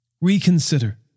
Reconsider